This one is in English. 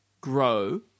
grow